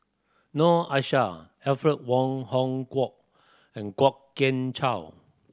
Noor Aishah Alfred Wong Hong Kwok and Kwok Kian Chow